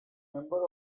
member